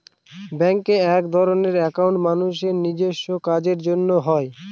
ব্যাঙ্কে একধরনের একাউন্ট মানুষের নিজেস্ব কাজের জন্য হয়